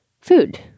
food